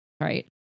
right